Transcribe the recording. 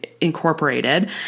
incorporated